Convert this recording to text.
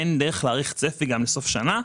ואין דרך להעריך צפי לסוף שנה.